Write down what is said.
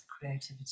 creativity